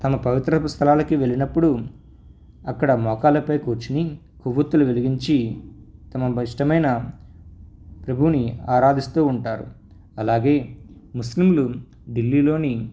తమ పవిత్రపు స్థలాలకి వెళ్ళినప్పుడు అక్కడ మోకాళ్ళపై కూర్చోని కొవ్వొత్తులు వెలిగించి తమ ఇష్టమైన ప్రభువుని ఆరాధిస్తూ ఉంటారు అలాగే ముస్లింలు ఢిల్లీలోని